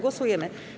Głosujemy.